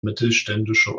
mittelständische